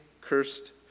cursed